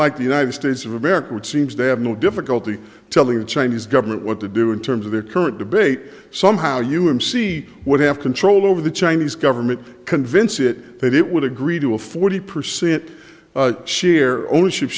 unlike the united states of america which seems to have no difficulty telling the chinese government what to do in terms of their current debate somehow you him see would have control over the chinese government convince it that it would agree to a forty percent share ownership